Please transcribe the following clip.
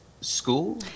school